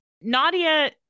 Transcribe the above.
Nadia